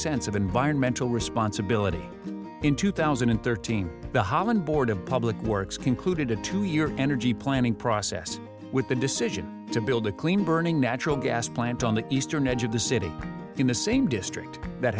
sense of environmental responsibility in two thousand and thirteen the holland board of public works concluded a two year energy planning process with the decision to build a clean burning natural gas plant on the eastern edge of the city in the same district that